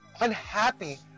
unhappy